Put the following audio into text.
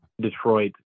detroit